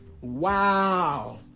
Wow